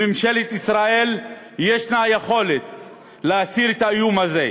לממשלת ישראל יש יכולת להסיר את האיום הזה.